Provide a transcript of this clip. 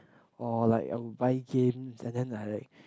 or like I would buy games and then like